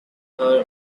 her